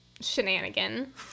shenanigan